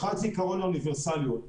אחד זה עיקרון האוניברסליות.